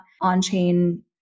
on-chain